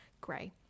grey